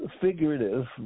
figurative